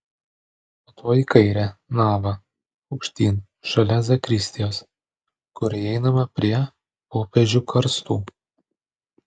po to į kairę navą aukštyn šalia zakristijos kur įeinama prie popiežių karstų